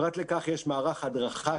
פרט לכך יש מערך הדרכה